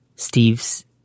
steve's